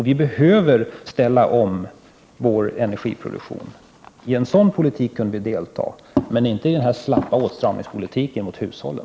Vi behöver ställa om vår energiproduktion. I en sådan politik skulle vi kunna delta, men inte i den här slappa åtstramningspolitiken som drabbar hushållen.